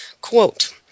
quote